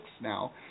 now